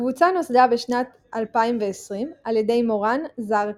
הקבוצה נוסדה בשנת 2020 על ידי מורן זר קצנשטיין,